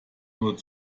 nur